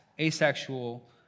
asexual